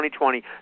2020